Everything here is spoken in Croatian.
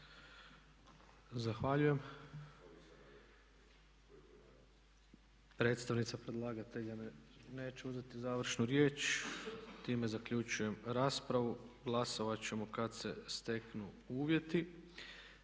Zahvaljujem. Predstavnica predlagatelja neće uzeti završnu riječ. Time zaključujem raspravu. Glasovati ćemo kada se steknu uvjeti.